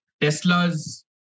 Tesla's